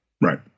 Right